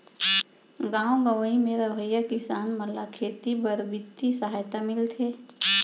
गॉव गँवई म रहवइया किसान मन ल खेती बर बित्तीय सहायता मिलथे